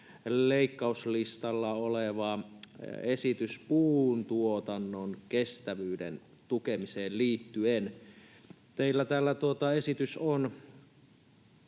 leikkauslistalla oleva esitys puuntuotannon kestävyyden tukemiseen liittyen. Teillä on täällä esitys,